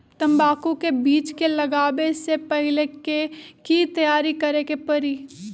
तंबाकू के बीज के लगाबे से पहिले के की तैयारी करे के परी?